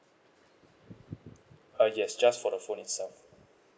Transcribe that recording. uh yes just for the phone itself